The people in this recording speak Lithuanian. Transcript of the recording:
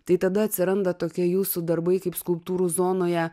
tai tada atsiranda tokie jūsų darbai kaip skulptūrų zonoje